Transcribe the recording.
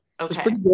Okay